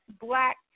Black